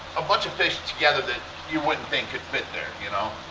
a bunch of fish together that you wouldn't think could fit there, you know?